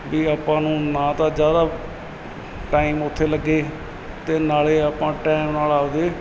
ਵੀ ਆਪਾਂ ਨੂੰ ਨਾ ਤਾਂ ਜ਼ਿਆਦਾ ਟਾਈਮ ਉੱਥੇ ਲੱਗੇ ਅਤੇ ਨਾਲ ਆਪਾਂ ਟੈਮ ਨਾਲ ਆਪਣੇ